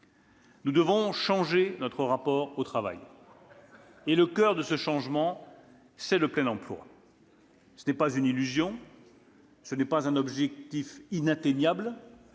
Nous devons changer notre rapport au travail. Et le coeur de ce changement, c'est le plein emploi ! Ce n'est pas une illusion ni un objectif inatteignable.